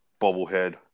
Bobblehead